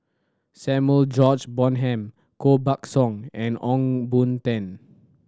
Samuel George Bonham Koh Buck Song and Ong Boon Tan